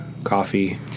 coffee